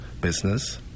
business